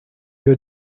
your